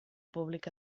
públic